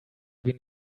been